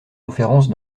conférences